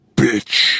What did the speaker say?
bitch